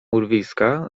urwiska